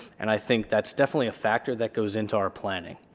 and i think that's definitely a factor that goes into our planning.